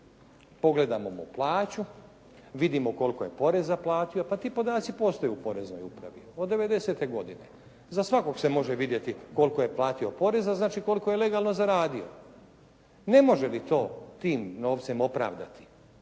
pogledamo mu plaću, vidimo koliko je poreza platio. Pa ti podaci postoje u poreznoj upravi od devedesete godine. Za svakog se može vidjeti koliko je platio poreza znači koliko je legalno zaradio. Ne može li to tim novcem opravdati